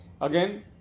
again